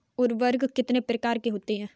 उर्वरक कितने प्रकार के होते हैं?